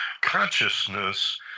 Consciousness